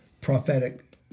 prophetic